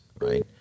right